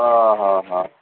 ହଁ ହଁ ହଁ